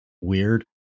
weird